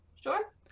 Sure